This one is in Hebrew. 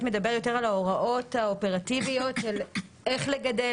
מדבר יותר על ההוראות האופרטיביות של איך לגדל,